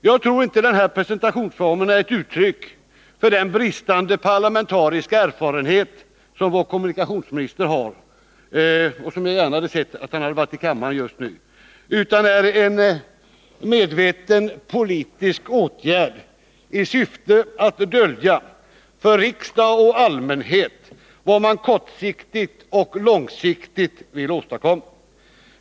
Jag tror inte att denna presentationsform är ett uttryck för vår kommunikationsministers brist på parlamentarisk erfarenhet — jag hade f. ö. gärna sett att han varit i kammaren just nu — utan en medveten politisk åtgärd i syfte att dölja för riksdag och allmänhet vad man kortsiktigt och långsiktigt vill åstadkomma.